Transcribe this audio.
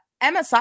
Emma